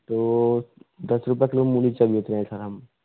तो दस रुपये किलो मूली चाहिए थी सर हम